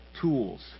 tools